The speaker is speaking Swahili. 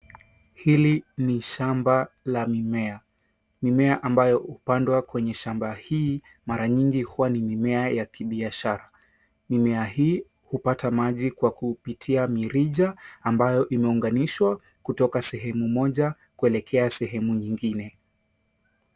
Hili ni shamba la mimea. Mimea ambayo hupandwa kwenye shamba hii mara mingi huwa ni mimea ya kibiashara. Mimea hii hupata maji kwa kupitia mirija ambayo imeunganishwa kutoka sehemu moja, kuelekea sehemu nyingine.